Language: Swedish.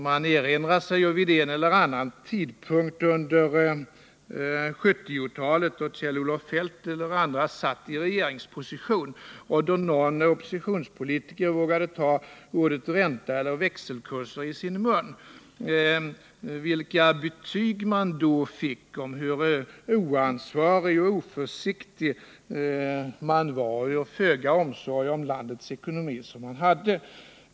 Man erinrar sig en eller annan tidpunkt under 1970-talet då Kjell-Olof Feldt och andra satt i regeringsposition och någon oppositionspolitiker vågade ta ordet ränta eller växelkurser i sin mun. Man fick då höra hur oansvarig och oförsiktig man var och hur föga omsorg om landets ekonomi man hade.